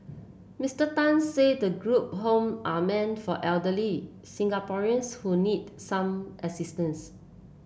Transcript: Mister Tan said the group home are meant for elderly Singaporeans who need some assistance